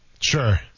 Sure